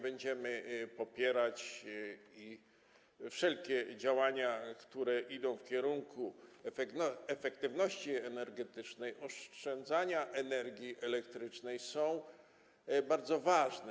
Będziemy popierać wszelkie działania, które idą w kierunku efektywności energetycznej, oszczędzania energii elektrycznej, bo są one bardzo ważne.